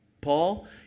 Paul